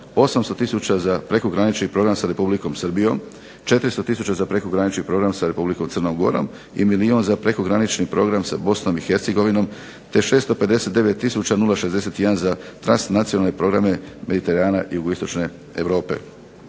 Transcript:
800 tisuća za prekogranični program sa Republikom Srbijom, 400 tisuća za prekogranični program sa Republikom Crnom Gorom i milijun za prekogranični program sa Bosnom i Hercegovinom te 659 tisuća 061 za transnacionalne programe Mediterana i Jugoistočne Europe.